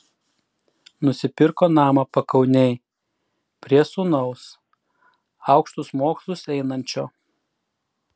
nusipirko namą pakaunėj prie sūnaus aukštus mokslus einančio